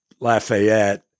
Lafayette